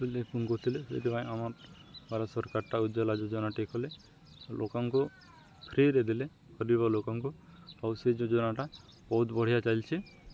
ଚୁଲି ଫୁଙ୍କୁୁ ଥିଲେ ସେଇଥିପାଇଁ ଆମର୍ ଭାରତ ସରକାରଟା ଉଜ୍ଜଲା ଯୋଜନା ଟିଏ କଲେ ଲୋକାଙ୍କୁ ଫ୍ରିରେ ଦେଲେ ଗରିବ ଲୋକଙ୍କୁ ଆଉ ସେ ଯୋଜନାଟା ବହୁତ ବଢ଼ିଆ ଚାଲିଛି